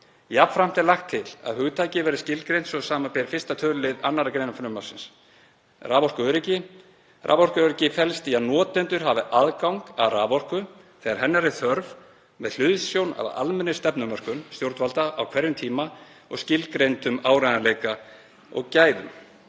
Jafnframt er lagt til að hugtakið verði skilgreint svo, samanber 1. tölulið 2. gr. frumvarpsins: „Raforkuöryggi: Raforkuöryggi felst í að notendur hafi aðgang að raforku þegar hennar er þörf, með hliðsjón af almennri stefnumörkun stjórnvalda á hverjum tíma og skilgreindum áreiðanleika og gæðum.